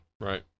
Right